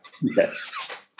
yes